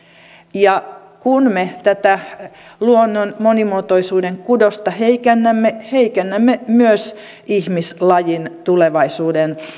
ja kun me tätä luonnon monimuotoisuuden kudosta heikennämme heikennämme myös ihmislajin tulevaisuuden